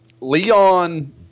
Leon